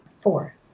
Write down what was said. four